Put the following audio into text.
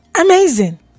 amazing